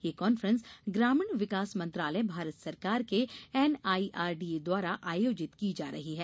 यह कॉन्फ्रेंस ग्रामीण विकास मंत्रालय भारत सरकार के एनआई आरडीए द्वारा आयोजित की जा रही है